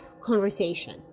conversation